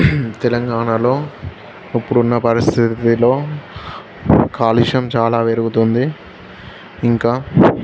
తెలంగాణలో ఇప్పుడున్న పరిస్థితిలో కాలుష్యం చాలా పెరుగుతుంది ఇంకా